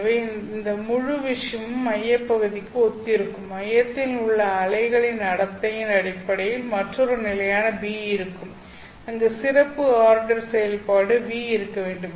எனவே இந்த முழு விஷயமும் மையப் பகுதிக்கு ஒத்திருக்கும் மையத்தின் உள்ளே அவைகளின் நடத்தையின் அடிப்படையில் மற்றொரு நிலையான B இருக்கும் அங்கு சிறப்பு ஆர்டர் செயல்பாடு V இருக்க வேண்டும்